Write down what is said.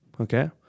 Okay